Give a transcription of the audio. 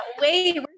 Wait